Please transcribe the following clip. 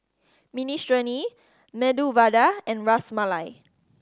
Minestrone Medu Vada and Ras Malai